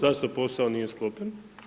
Zašto posao nije sklopljen?